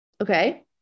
Okay